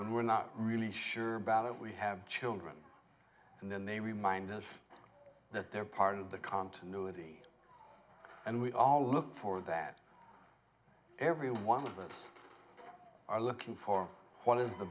and we're not really sure about it we have children and then they remind us that they're part of the continuity and we all look for that every one of us are looking for what is the